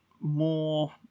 more